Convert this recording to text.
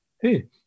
hey